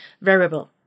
variable